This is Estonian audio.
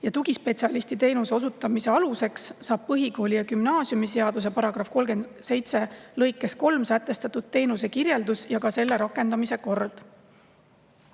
Tugispetsialisti teenuse osutamise aluseks saab põhikooli‑ ja gümnaasiumiseaduse § 37 lõikes 3 sätestatud teenuse kirjeldus ja ka selle rakendamise kord.